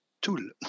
tool